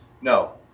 No